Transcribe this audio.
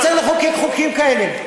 לא צריך לחוקק חוקים כאלה.